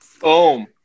Boom